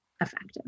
effective